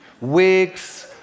wigs